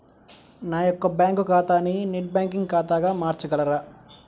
నా యొక్క బ్యాంకు ఖాతాని నెట్ బ్యాంకింగ్ ఖాతాగా మార్చగలరా?